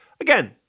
Again